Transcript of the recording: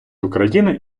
україни